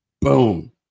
Boom